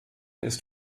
ist